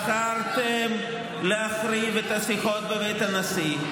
בחרתם להחריב את השיחות בבית הנשיא,